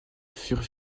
furent